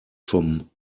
vom